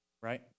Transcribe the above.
Right